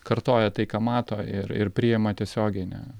kartoja tai ką mato ir ir priima tiesiogiai ne